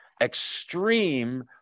Extreme